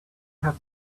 have